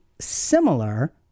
similar